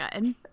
good